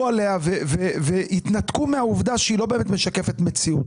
עליה והתנתקו מהעובדה שהיא לא באמת משקפת מציאות.